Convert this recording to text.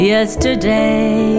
Yesterday